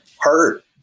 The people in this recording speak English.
hurt